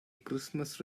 christmas